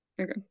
Okay